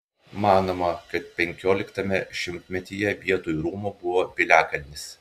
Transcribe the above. manoma kad penkioliktame šimtmetyje vietoj rūmų buvo piliakalnis